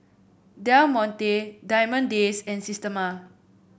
Del Monte Diamond Days and Systema